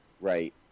Right